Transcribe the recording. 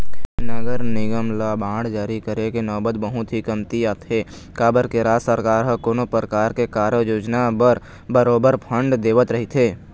नगर निगम ल बांड जारी करे के नउबत बहुत ही कमती आथे काबर के राज सरकार ह कोनो परकार के कारज योजना बर बरोबर फंड देवत रहिथे